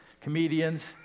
comedians